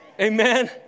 Amen